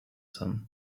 some